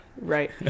Right